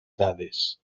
dades